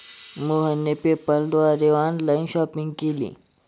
मोहनने पेपाल द्वारे online shopping केली